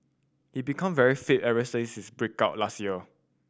he become very fit ever since his break out last year